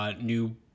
new